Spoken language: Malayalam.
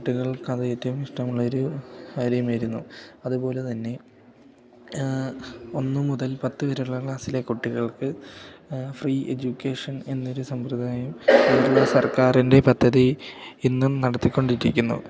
കുട്ടികൾക്ക് അത് ഏറ്റോം ഇഷ്ടം ഉള്ളൊരു കാര്യമായിരുന്നു അതുപോലെ തന്നെ ഒന്ന് മുതൽ പത്ത് വരെയുള്ള ക്ലാസ്സിലേ കുട്ടികൾക്ക് ഫ്രീ എജ്യൂക്കേഷൻ എന്നൊരു സമ്പ്രദായം അതിനുള്ള സർക്കാരിൻറ്റെ പദ്ധതി ഇന്നും നടത്തിക്കൊണ്ടിരിക്കുന്നു